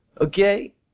okay